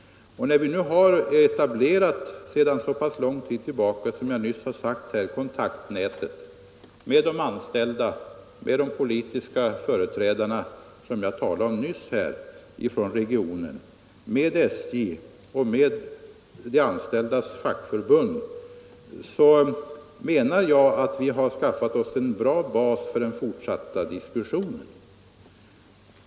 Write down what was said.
När vi nu sedan så pass lång tid tillbaka som jag nyss sagt har etablerat kontaktnätet med de anställda, med de politiska företrädarna för regionen, med SJ och med de anställdas fackförbund menar jag också, att vi har skaffat oss ett bra underlag för den fortsatta diskussionen.